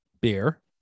beer